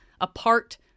apart